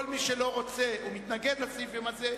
כל מי שלא רוצה ומתנגד לסעיף הזה,